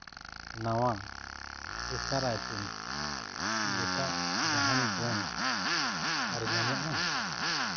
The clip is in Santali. ᱱᱟᱣᱟ ᱯᱷᱨᱮᱥᱟᱨ ᱟᱭᱴᱮᱢᱥ ᱠᱤ ᱮᱴᱟᱜ ᱡᱟᱦᱟᱱ ᱵᱨᱮᱱᱰ ᱟᱨ ᱧᱟᱢᱚᱜᱼᱟ